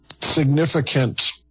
significant